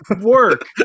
work